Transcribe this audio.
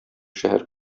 шәһәр